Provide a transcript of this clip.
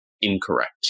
incorrect